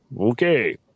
okay